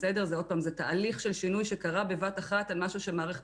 זה תהליך של שינוי שקרה בבת אחת על משהו שמערכת